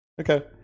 Okay